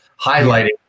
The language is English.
highlighting